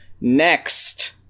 Next